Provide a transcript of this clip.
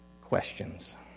questions